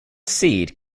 seed